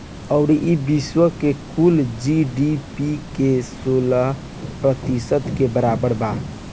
अउरी ई विश्व के कुल जी.डी.पी के सोलह प्रतिशत के बराबर बा